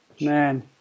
man